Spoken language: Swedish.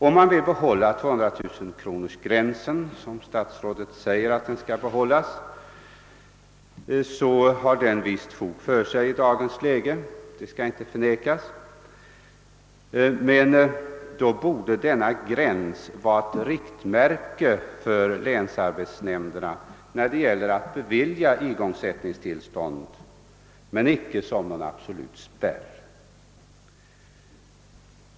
Om man vill behålla 200 000-kronorsgränsen, som statsrådet önskar, kan erkännas att denna i dagens läge har ett visst fog för sig. Men då borde denna gräns vara allenast ett riktmärke för länsarbetsnämnderna, när det gäller att bevilja igångsättningstillstånd, icke någon absolut spärr.